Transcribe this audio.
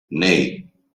nee